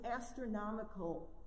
astronomical